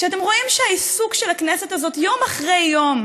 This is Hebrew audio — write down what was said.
כשאתם רואים שהעיסוק של הכנסת הזאת יום אחרי יום